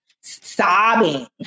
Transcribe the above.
sobbing